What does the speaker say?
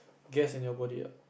gas in your body ah